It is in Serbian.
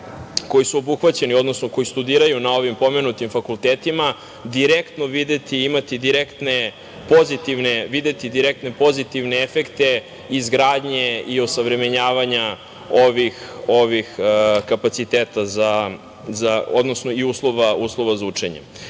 koji su obuhvaćeni, odnosno, koji studiraju na ovim fakultetima, direktno videti i imati pozitivne efekte izgradnje i osavremenjavanja ovih kapaciteta, odnosno uslova za